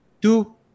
two